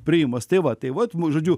priėjimas tai vat tai vat mu žodžiu